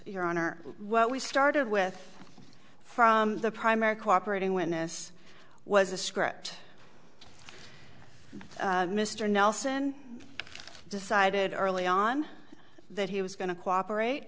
your honor what we started with from the primary cooperating witness was a script mr nelson decided early on that he was going to cooperate